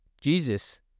Jesus